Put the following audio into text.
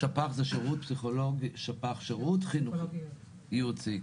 שפ"ח זה שירות פסיכולוגי חינוכי ייעוצי.